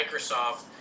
Microsoft